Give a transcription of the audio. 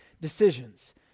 decisions